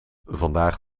vandaag